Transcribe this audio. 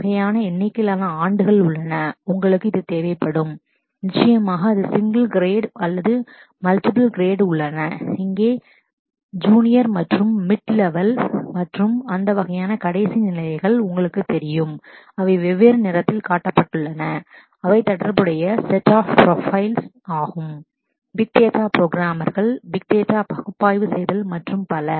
ஒரு வகையான எண்ணிக்கையிலான ஆண்டுகள் உள்ளன உங்களுக்கு இது தேவைப்படும் நிச்சயமாக இது சிங்கிள் கிரேடு single grade அல்ல மல்டிபிள் கிரேடு multiple grade உள்ளன இங்கே ஜூனியர் junior மற்றும் மிட் லெவெல் mid level மற்றும் அந்த வகையான மற்றும் கடைசி last நிலைகள் உங்களுக்குத் தெரியும் அவை வெவ்வேறு நிறத்தில் காட்டப்பட்டுள்ளன அவை தொடர்புடைய set of profiles set of profiles ஆகும் பிக் டேட்டா ப்ரோக்ராமர்கள் பிக் டேட்டா data பகுப்பாய்வு analysing செய்தல் மற்றும் பல